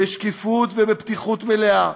בשקיפות ובפתיחות מלאה,